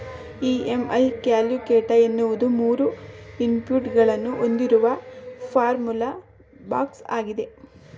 EMI calculator ಎನ್ನುವುದು ಮೂರು input ಗಳನ್ನು ಹೊಂದಿರುವ ಫಾರ್ಮುಲಾ ಬಾಕ್ಸ್ ಆಗಿದೆ